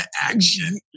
action